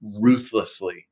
ruthlessly